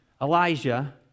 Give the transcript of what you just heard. Elijah